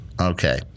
okay